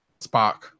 spock